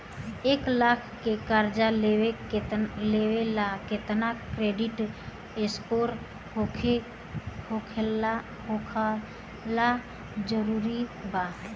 एक लाख के कर्जा लेवेला केतना क्रेडिट स्कोर होखल् जरूरी बा?